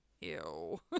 Ew